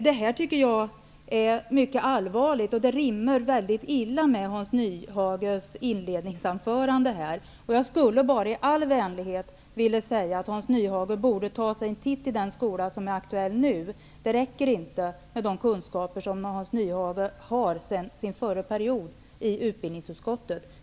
Jag tycker att det här är mycket allvarligt, och det rimmar mycket illa med Hans Nyhages inledningsanförande. Jag vill bara i all vänlighet säga att Hans Nyhage borde ta sig en titt i den skola som är aktuell nu. Det räcker inte med de kunskaper som Hans Nyhage har från sin förra period i utbildningsutskottet.